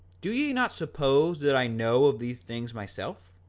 do ye not suppose that i know of these things myself?